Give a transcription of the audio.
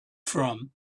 from